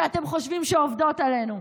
שאתם חושבים שעובדות עלינו.